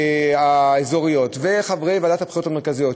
האזוריות וחברי ועדת הבחירות המרכזית,